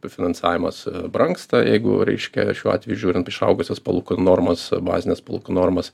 pafinansavimas brangsta jeigu reiškia šiuo atveju žiūrint išaugusias palūkanų normas bazines palūkanų normas